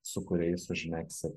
su kuriais užmegsit